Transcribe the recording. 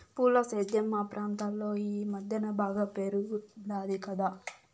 పూల సేద్యం మా ప్రాంతంలో ఈ మద్దెన బాగా పెరిగుండాది కదా